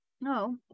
no